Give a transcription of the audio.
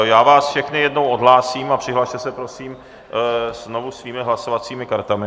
Já vás všechny jednou odhlásím a přihlaste se, prosím znovu svými hlasovacími kartami.